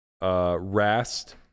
Rast